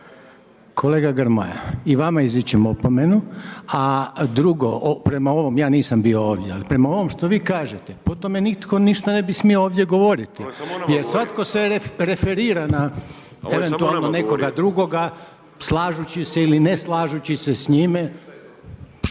Kolega Grmoja, i vama izričem opomenu, a drugo, ja nisam bio ovdje. Prema ovome što vi kažete, po tome nitko ništa ne bi smio ovdje govoriti jer svatko se referira na… **Bulj, Miro (MOST)** …/Upadica Bulj, ne razumije se./…